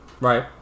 Right